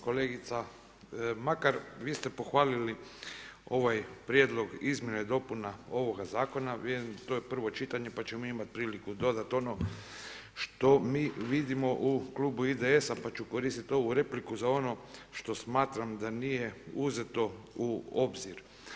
Kolegice Makar, vi ste pohvalili ovaj prijedlog izmjena i dopuna ovoga zakona, to je prvo čitanje pa ćemo imati priliku dodati ono što mi vidimo u klubu IDS-a pa ću koristiti ovu repliku za ono što smatram da nije uzeto u obzir.